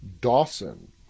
Dawson